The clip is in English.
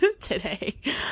today